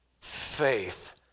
faith